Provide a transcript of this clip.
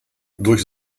durch